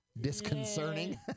disconcerting